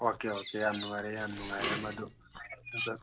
okay okay ꯌꯥꯝ ꯅꯨꯡꯉꯥꯏꯔꯦ ꯌꯥꯝ ꯅꯨꯡꯉꯥꯏꯔꯦ ꯃꯗꯨ ꯑꯗ